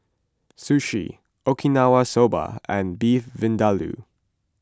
Sushi Okinawa Soba and Beef Vindaloo